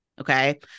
okay